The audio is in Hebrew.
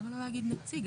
למה לא להגיד נציג?